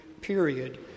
period